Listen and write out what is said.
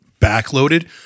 backloaded